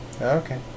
Okay